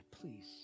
please